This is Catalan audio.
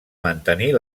mantenir